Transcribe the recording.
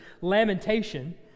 lamentation